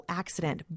accident